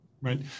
Right